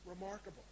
Remarkable